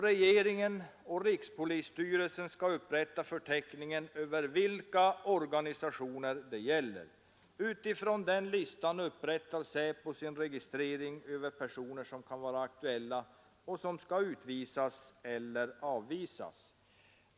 Regeringen och rikspolisstyrelsen skall upprätta förteckningen över vilka organisationer det gäller. Utifrån den listan upprättar SÄPO sin registrering över personer som kan vara aktuella och som skall utvisas eller avvisas.